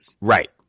Right